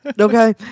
okay